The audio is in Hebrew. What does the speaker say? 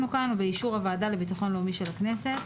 באישור הוועדה לביטחון לאומי של הכנסת,